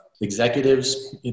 executives